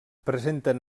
presenten